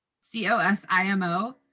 C-O-S-I-M-O